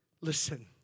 Listen